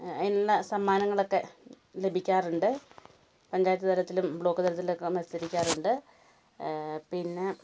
അതിനുള്ള സമ്മാനങ്ങളൊക്കെ ലഭിക്കാറുണ്ട് പഞ്ചായത്ത് തലത്തിലും ബ്ലോക്ക് തലത്തിലൊക്കെ മത്സരിക്കാറുണ്ട് പിന്നെ